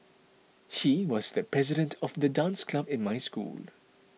he was the president of the dance club in my school